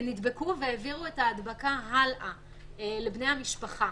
והעבירו את ההדבקה הלאה לבני המשפחה.